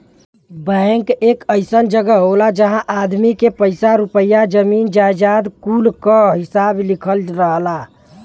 bank एक अइसन जगह होला जहां आदमी के पइसा रुपइया, जमीन जायजाद कुल क हिसाब लिखल रहला